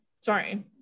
Sorry